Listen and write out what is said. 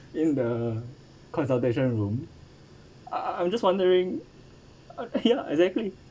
in the consultation room I I'm just wondering ya exactly